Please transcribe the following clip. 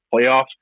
playoffs